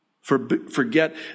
Forget